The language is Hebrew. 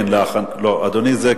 בעד, 9, אין מתנגדים.